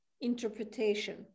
interpretation